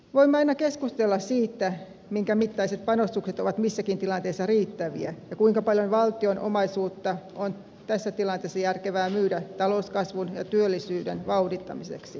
voimme aina keskustella siitä minkä mittaiset panostukset ovat missäkin tilanteessa riittäviä ja kuinka paljon valtion omaisuutta on tässä tilanteessa järkevää myydä talouskasvun ja työllisyyden vauhdittamiseksi